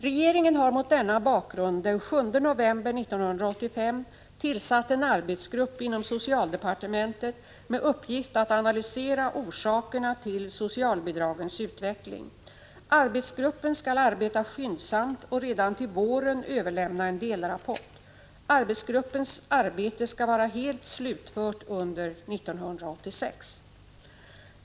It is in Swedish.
Regeringen har mot denna bakgrund den 7 november 1985 tillsatt en arbetsgrupp inom socialdepartementet med uppgift att analysera orsakerna till socialbidragens utveckling. Arbetsgruppen skall arbeta skyndsamt och redan till våren överlämna en delrapport. Arbetsgruppens arbete skall vara helt slutfört under år 1986.